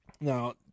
Now